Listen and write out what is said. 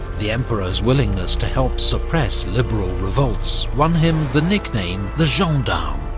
the emperor's willingness to help suppress liberal revolts won him the nickname, the gendarme,